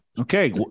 Okay